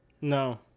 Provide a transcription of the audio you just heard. No